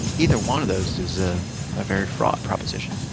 either one of those is a very fraught proposition.